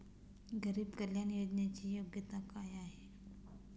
गरीब कल्याण योजनेची योग्यता काय आहे?